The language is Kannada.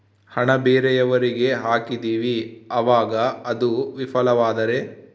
ಹಣ ಬೇರೆಯವರಿಗೆ ಹಾಕಿದಿವಿ ಅವಾಗ ಅದು ವಿಫಲವಾದರೆ?